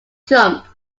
jump